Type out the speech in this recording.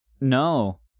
No